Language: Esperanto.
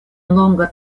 longa